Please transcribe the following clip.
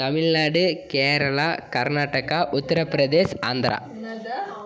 Tamil Nadu Kerala Karnataka Uttar Pradesh Andhra